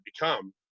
become